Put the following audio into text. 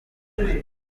rwe